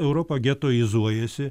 europa getojizuojasi